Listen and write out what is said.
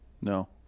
No